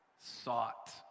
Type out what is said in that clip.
sought